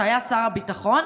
כשהיה שר הביטחון,